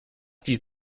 die